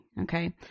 okay